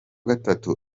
gatatu